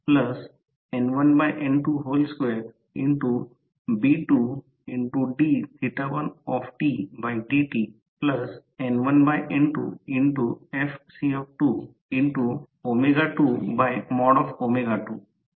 तर यात रोटर ठोक्या च्या लॅमिनेशन देखील बनलेला आहे या रोटर वाइंडिंग करता जागा उपलब्ध करुन देण्यासाठी रोटर स्लॉट्स ची मालिका तयार करण्यासाठी काळजीपूर्वक बनवले आहेत